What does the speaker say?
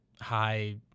high